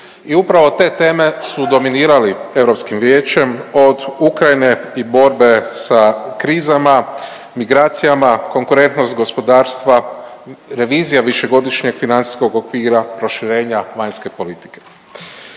i upravo te teme su dominirali Europskim Vijećem od Ukrajine i borbe sa krizama, migracijama, konkurentnost gospodarstva, revizija višegodišnjeg financijskog okvira, proširenja vanjske politike.